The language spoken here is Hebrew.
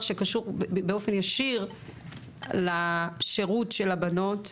שקשור באופן ישיר לשירות של הבנות.